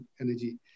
energy